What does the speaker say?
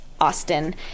austin